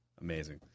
Amazing